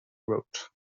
wrote